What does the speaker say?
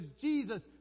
Jesus